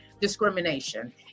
discrimination